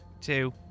Two